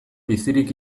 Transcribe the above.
bizirik